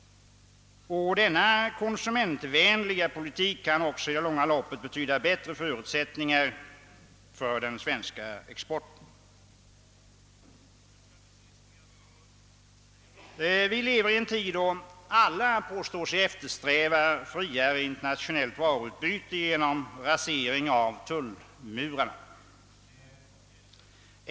Denna konsumentvänliga politik kan också i det långa loppet betyda bättre förutsättningar för den svenska exporten. Vi lever i en tid då alla påstår sig eftersträva friare internationellt varuutbyte genom rasering av tullmurar.